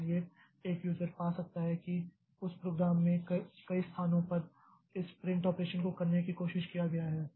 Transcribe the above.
इसलिए एक यूज़र यह पा सकता है कि उस प्रोग्राम में कई स्थानों पर इस प्रिंट ऑपरेशन को करने की कोशिश किया गया हैं